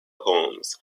holmes